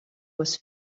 was